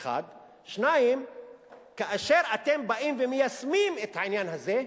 2. כאשר אתם באים ומיישמים את העניין הזה,